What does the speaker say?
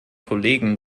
kollegen